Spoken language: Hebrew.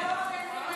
בשורות